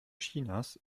chinas